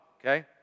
okay